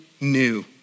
new